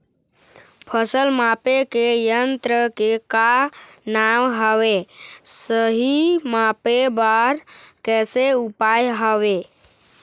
फसल मापे के यन्त्र के का नाम हवे, सही मापे बार कैसे उपाय हवे?